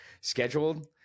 scheduled